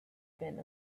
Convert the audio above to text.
been